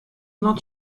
not